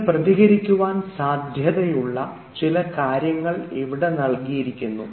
നിങ്ങൾ പ്രതികരിക്കുവാൻ സാധ്യതയുള്ള ചില കാര്യങ്ങൾ ഇവിടെ നൽകിയിരിക്കുന്നു